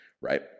Right